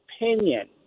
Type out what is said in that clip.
opinion